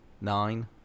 Nine